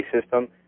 system